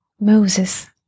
Moses